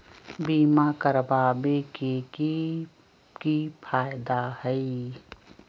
बीमा करबाबे के कि कि फायदा हई?